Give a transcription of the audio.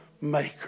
maker